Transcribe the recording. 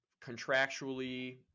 contractually